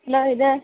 hello ഇത്